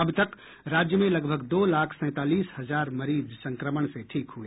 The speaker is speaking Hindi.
अब तक राज्य में लगभग दो लाख सैंतालीस हजार मरीज संक्रमण से ठीक हुए